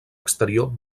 exterior